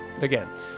Again